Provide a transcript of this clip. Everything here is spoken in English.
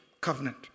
Covenant